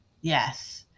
Yes